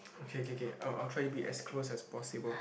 okay K K I'll I'll try to be as close as possible